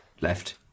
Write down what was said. left